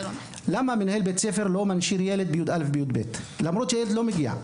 למה מנהל בית ספר לא מנשיר ילד בי״א ו-י״ב למרות שהילד לא מגיע?